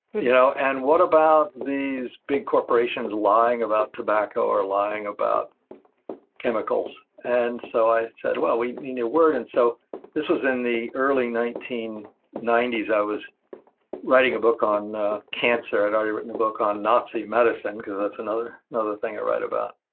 you know and what about these big corporations lying about tobacco or lying about chemicals? and so, i said, well, we need a word. and so this was in the early nineteen ninety s, i was writing a book on a cancer. i'd already written a book on nazi medicine, because that's another another thing i write about,